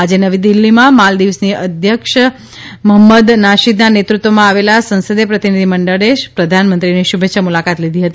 આજે નવી દિલ્ફીમાં માલ્દીવ્સની અધ્યક્ષ મહમંદ નાશીદના નેતૃત્વમાં આવેલા સંસદીય પ્રતિનિધિમંડળે પ્રધાનમંત્રીની શુભેચ્છા મુલાકાત લીધી હતી